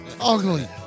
Ugly